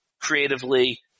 creatively